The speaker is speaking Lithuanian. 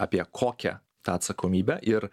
apie kokią tą atsakomybę ir